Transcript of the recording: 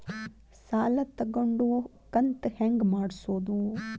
ಸಾಲ ತಗೊಂಡು ಕಂತ ಹೆಂಗ್ ಮಾಡ್ಸೋದು?